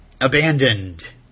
Abandoned